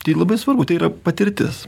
tai labai svarbu tai yra patirtis